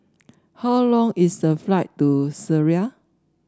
how long is the flight to Syria